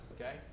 Okay